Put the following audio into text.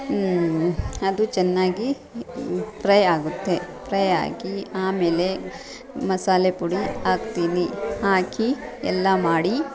ಅದು ಚೆನ್ನಾಗಿ ಫ್ರೈಯ್ಯಾಗುತ್ತೆ ಫ್ರೈಯ್ಯಾಗಿ ಆಮೇಲೆ ಮಸಾಲೆ ಪುಡಿ ಹಾಕ್ತೀನಿ ಹಾಕಿ ಎಲ್ಲ ಮಾಡಿ